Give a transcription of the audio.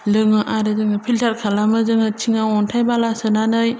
लोङो आरो जोङो फिलथार खालामो जोङो थिङाव अन्थाइ बाला सोनानै